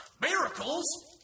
Miracles